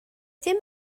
dim